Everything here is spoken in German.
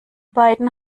beiden